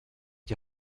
die